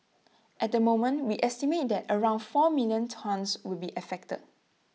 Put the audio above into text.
at the moment we estimate that around four million tonnes would be affected